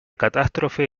catástrofe